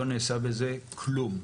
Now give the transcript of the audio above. לא נעשה בזה כלום.